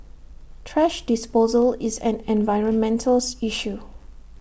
thrash disposal is an environmental issue